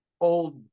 old